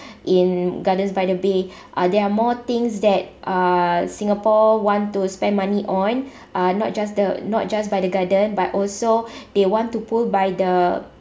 in Gardens by the Bay uh there are more things that uh singapore want to spend money on uh not just the not just by the garden but also they want to pull by the